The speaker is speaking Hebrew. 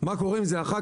מה קורה עם זה אחר-כך,